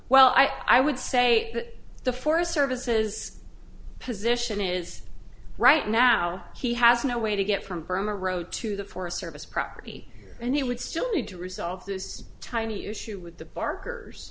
well i would say that the forest service says position is right now he has no way to get from burma row to the forest service property and he would still need to resolve this tiny issue with the barkers